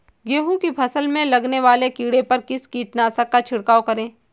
गेहूँ की फसल में लगने वाले कीड़े पर किस कीटनाशक का छिड़काव करें?